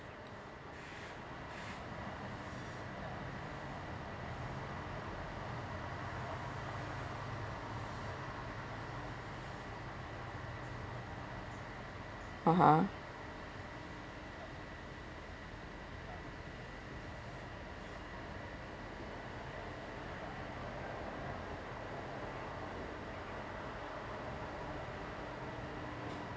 (uh huh)